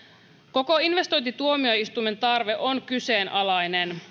koko investointituomioistuimen tarve on kyseenalainen